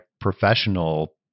professional